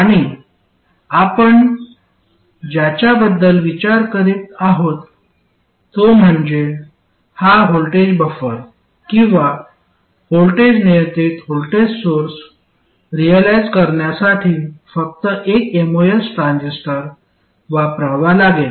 आणि आपण ज्याच्याबद्दल विचार करीत आहोत तो म्हणजे हा व्होल्टेज बफर किंवा व्होल्टेज नियंत्रित व्होल्टेज सोर्स रिअलाईझ करण्यासाठी फक्त एक एमओएस ट्रान्झिस्टर वापरावा लागेल